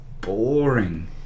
boring